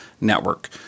Network